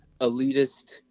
elitist